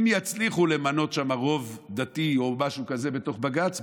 אם יצליחו למנות שם רוב דתי בתוך בג"ץ,